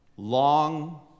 Long